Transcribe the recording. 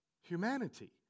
humanity